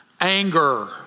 anger